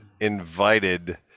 invited